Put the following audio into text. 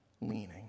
leaning